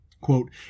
Quote